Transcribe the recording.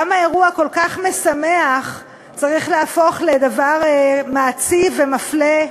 למה אירוע כל כך משמח צריך להפוך לדבר מעציב ומפלה?